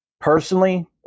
personally